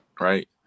right